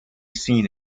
seen